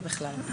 ובכלל.